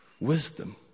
wisdom